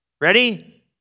Ready